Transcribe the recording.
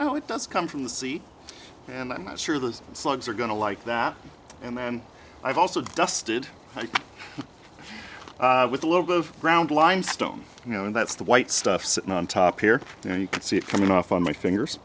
know it does come from the sea and i'm not sure those slugs are going to like that and then i've also dusted with a little bit of ground limestone you know and that's the white stuff sitting on top here and you could see it coming off on my fingers